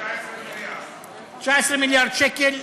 19 מיליארד שקל.